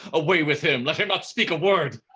away with him, let him not speak a word.